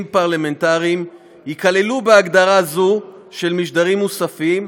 פרלמנטריים ייכללו בהגדרה זו של "משדרים מוספים",